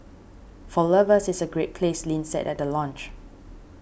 for lovers it's a great place Lin said at the launch